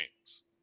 games